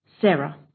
Sarah